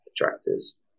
attractors